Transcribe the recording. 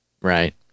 right